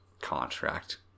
contract